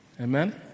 Amen